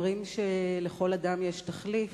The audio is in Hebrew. אומרים שלכל אדם יש תחליף,